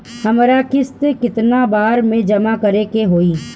हमरा किस्त केतना बार में जमा करे के होई?